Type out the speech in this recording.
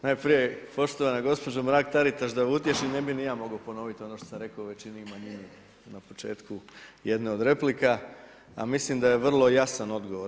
Najprije, poštovana gospođo Mrak-Taritaš, da vas utješim, ne bih ni ja mogao ponoviti ono što sam rekao o većini i manjini na početku jedne od replika, a mislim da je vrlo jasan odgovor.